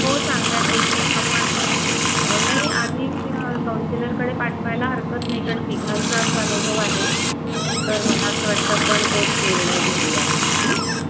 हो सांगा एक एक आपण हे नाही आधी कौन्सिलरकडे पाठवायला हरकत नाही कारण तिघांचा असा अनुभव आहे तर मला असं वाटतं आपण तोच निर्णय घेऊयात